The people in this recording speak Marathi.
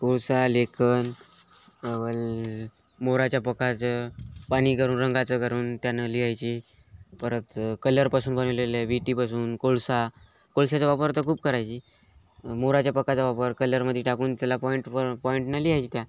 कोळसा लेखन मोराच्या पंखाचं पाणी करून रंगाचं करून त्यानं लिहायची परत कलरपासून बनवलेलं आहे विटेपासून कोळसा कोळशाचा वापर तर खूप करायची मोराच्या पंखाचा वापर कलरमध्ये टाकून त्याला पॉईंट प पॉईंटनं लिहायची त्या